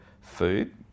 food